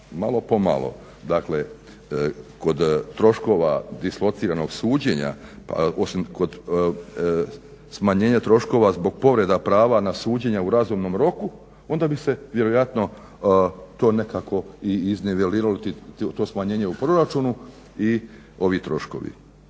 malo po malo, dakle kod troškova dislociranog suđenja osim kod smanjenja troškova zbog povreda prava na suđenje u razumnom roku onda bi se vjerojatno to nekako i izniveliralo, to smanjenje u proračunu i ovi troškovi.